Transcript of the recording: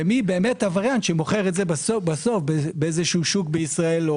ומי באמת עבריין שמוכר בשוק בישראל או